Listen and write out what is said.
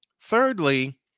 Thirdly